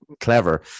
clever